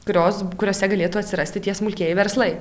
kurios kuriose galėtų atsirasti tie smulkieji verslai